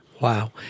wow